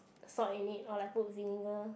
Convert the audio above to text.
salt in it or like put ginger